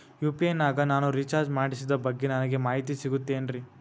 UPI ನಾಗ ನಾನು recharge ಮಾಡಿಸಿದ ಬಗ್ಗೆ ನನಗೆ ಮಾಹಿತಿ ಸಿಗುತೇನ್ರೀ?